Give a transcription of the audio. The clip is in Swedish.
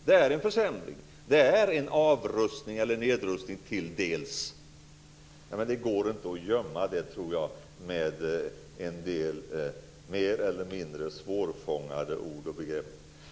Det här är en försämring. Det här är till dels en nedrustning. Jag tror inte att det går att gömma detta bakom mer eller mindre svårfångade ord och begrepp.